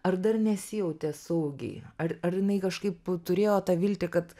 ar dar nesijautė saugiai ar ar jinai kažkaip turėjo tą viltį kad